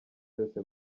yose